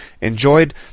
enjoyed